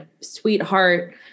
sweetheart